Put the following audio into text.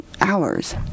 hours